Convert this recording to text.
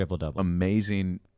amazing